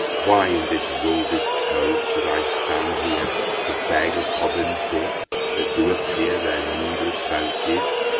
why in this wolvish toge should i stand here, to beg of hob and dick that do appear, their needless vouches?